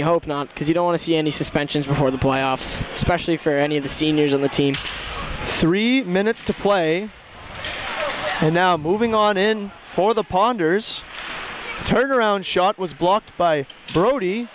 you hope not because you don't want to see any suspensions before the playoffs especially for any of the seniors on the team three minutes to play and now moving on in for the ponders turnaround shot was blocked by brod